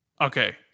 okay